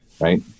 right